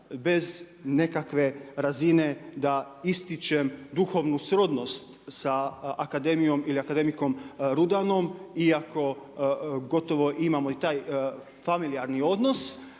bez nekakve razine da ističem duhovnu srodnost sa akademijom ili akademikom Rudanom iako gotovo imamo i taj familijarni odnos,